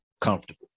comfortable